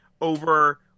over